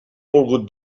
volgut